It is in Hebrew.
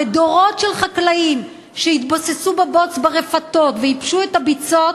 ודורות של חקלאים שהתבוססו בבוץ ברפתות וייבשו את הביצות,